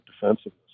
defensiveness